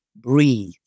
breathe